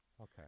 Okay